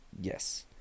Yes